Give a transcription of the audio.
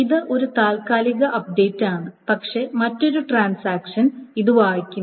ഇത് ഒരു താൽക്കാലിക അപ്ഡേറ്റാണ് പക്ഷേ മറ്റൊരു ട്രാൻസാക്ഷൻ ഇത് വായിക്കുന്നു